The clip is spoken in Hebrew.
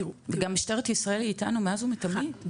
גם משטרת ישראל היא איתנו מאז ומתמיד.